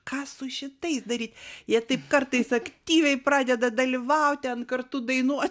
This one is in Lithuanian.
ką su šitais daryt jie taip kartais aktyviai pradeda dalyvaut ten kartu dainuot